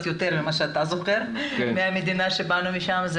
יותר ממה שאתה זוכר מהמדינה שבאנו משם.